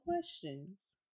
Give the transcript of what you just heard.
questions